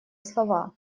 слова